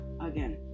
again